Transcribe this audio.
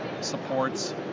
supports